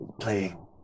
Playing